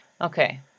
Okay